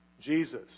Jesus